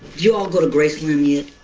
y'all go to graceland um yet?